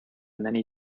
many